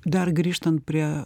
dar grįžtant prie